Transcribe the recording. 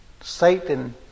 Satan